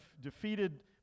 defeated